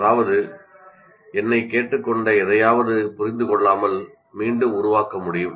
அதாவது என்னைக் கேட்டுக்கொண்ட எதையாவது புரிந்து கொள்ளாமல் மீண்டும் உருவாக்க முடியும்